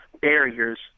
barriers